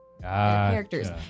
characters